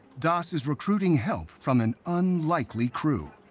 das is recruiting help from an unlikely crew